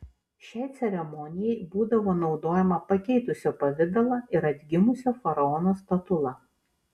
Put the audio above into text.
šiai ceremonijai būdavo naudojama pakeitusio pavidalą ir atgimusio faraono statula